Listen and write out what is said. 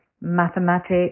mathematics